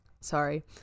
Sorry